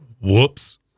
Whoops